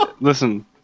listen